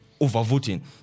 overvoting